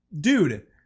Dude